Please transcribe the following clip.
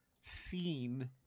seen